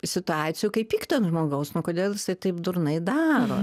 situacijų kai pikta ant žmogaus nu kodėl jisai taip durnai daro